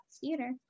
theater